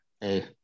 hey